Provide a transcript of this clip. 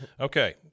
okay